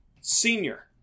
Senior